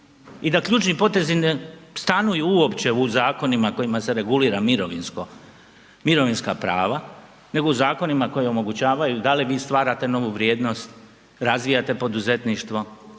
i da ključni potezi ne stanuju uopće u zakonima kojima se regulira mirovinsko, mirovinska prava nego u zakonima koji omogućavaju da li vi stvarate novu vrijednost, razvijate poduzetništvo,